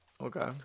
Okay